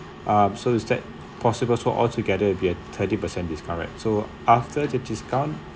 um so is that possible so altogether we have thirty percent discount right so after the discount